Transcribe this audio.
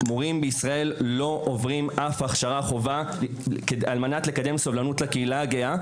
מורים בישראל לא עוברים אף הכשרת חובה על מנת לקדם סובלנות לקהילה הגאה,